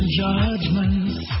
judgments